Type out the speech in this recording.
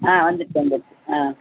ஆ வந்துடுச்சி வந்துடுச்சி ஆ